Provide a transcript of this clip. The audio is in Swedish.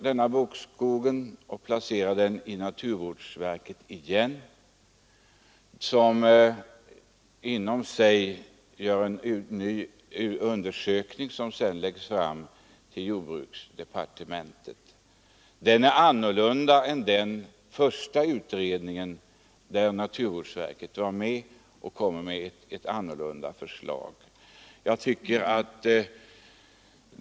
Men samtidigt bryter man ut frågan om bokskogen, och naturvårdsverket gör inom sig en ny utredning, vars resultat framläggs för jordbruksdepartementet, ett annat resultat än det som den första utredning, vilken naturvårdsverket deltog i, kom fram till.